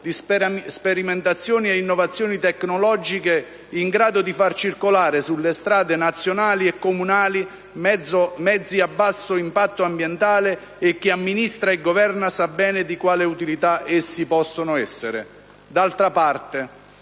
di sperimentazioni e innovazioni tecnologiche in grado di far circolare sulle strade nazionali e comunali mezzi a basso impatto ambientale e chi amministra e governa sa bene di quale utilità essi possono essere. D'altra parte,